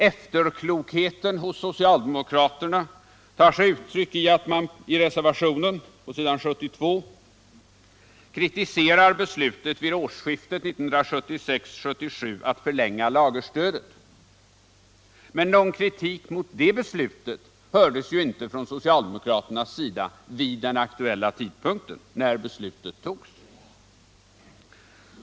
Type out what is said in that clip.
Efterklokheten hos socialdemokraterna tar sig uttryck i att man i reservationen på s. 72 kritiserar beslutet vid årsskiftet 1976-1977 att förlänga lagerstödet, men någon kritik mot det beslutet hördes ju inte vid den aktuella tidpunkten.